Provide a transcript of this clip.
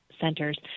centers